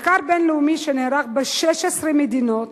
מחקר בין-לאומי שנערך ב-16 מדינות,